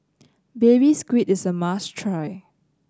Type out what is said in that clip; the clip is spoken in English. Baby Squid is a must try